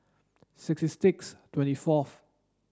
sixty six twenty fourth